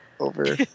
over